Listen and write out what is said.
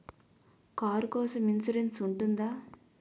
Car కోసం insurance ఉంటుందా?